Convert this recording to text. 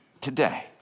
today